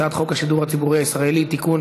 הצעת חוק השידור הציבורי הישראלי (תיקון,